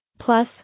Plus